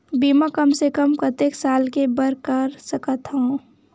बीमा कम से कम कतेक साल के बर कर सकत हव?